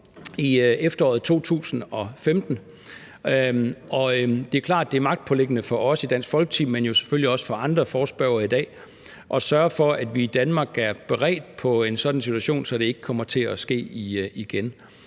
i efteråret 2015. Det er klart, at det er magtpåliggende for os i Dansk Folkeparti, men selvfølgelig også for andre forespørgere i dag, at sørge for, at vi i Danmark er beredt på en sådan situation, så det ikke kommer til at ske igen.